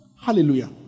Hallelujah